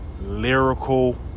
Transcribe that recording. lyrical